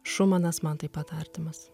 šumanas man taip pat artimas